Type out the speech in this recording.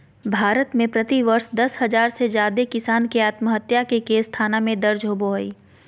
भारत में प्रति वर्ष दस हजार से जादे किसान के आत्महत्या के केस थाना में दर्ज होबो हई